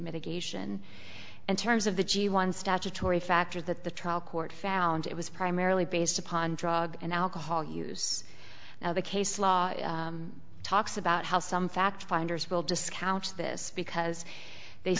mitigation and terms of the g one statutory factor that the trial court found it was primarily based upon drug and alcohol use now the case law talks about how some fact finders will discounts this because they